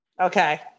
Okay